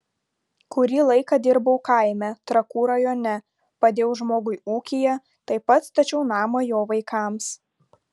kurį laiką dirbau kaime trakų rajone padėjau žmogui ūkyje taip pat stačiau namą jo vaikams